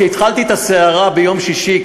כשהתחלתי את הסערה ביום שישי,